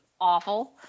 awful